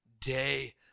day